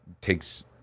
takes